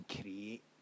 create